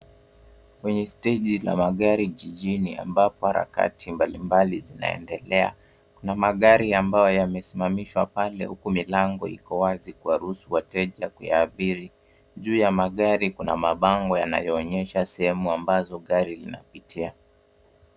Kwenye steji ya magari jijini ambapo harakati mbalimbali zinaendelea. Kuna magari ambayo yamesimamishwa pale huku milango iko wazi kuwaruhusu wateja kuyaabiri. Juu ya magari kuna mabango yanyoonyesha sehemu ambazo gari linapitia.